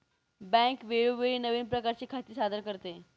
bank वेळोवेळी नवीन प्रकारची खाती सादर करते